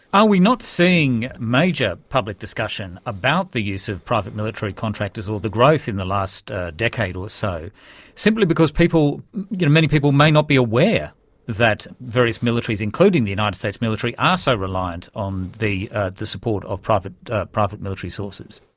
are we not seeing major public discussion about the use of private military contractors or the growth in the last decade or so simply because you know many people may not be aware that various militaries, including the united states military, are ah so reliant on the ah the support of private ah private military sources?